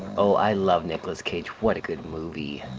oh i love nicholas cage, what a good movie.